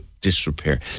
disrepair